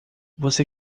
você